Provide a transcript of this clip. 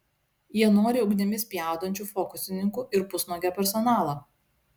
jie nori ugnimi spjaudančių fokusininkų ir pusnuogio personalo